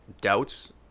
doubts